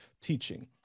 teaching